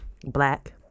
black